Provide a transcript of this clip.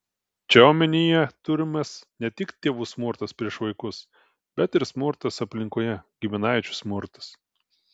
čia omenyje turimas ne tik tėvų smurtas prieš vaikus bet ir smurtas aplinkoje giminaičių smurtas